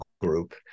group